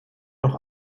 noch